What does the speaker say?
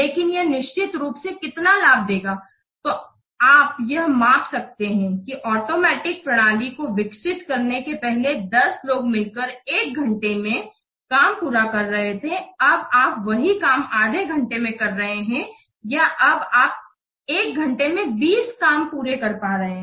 लेकिन यह निश्चित रूप से कितना लाभ देता है तो आप यह माप सकते हैं कि आटोमेटिक प्रणाली को विकसित करने के पहले १० लोग मिलकर एक घंटे में काम पूरा कर रहे थे अब आप वही काम आधे घंटे में कर रहे है या अब आप एक घंटे में २० काम पुरे कर पा रहे है